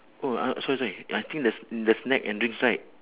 oh uh sorry sorry eh I think there's in the snack and drinks right